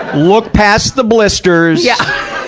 look past the blisters, yeah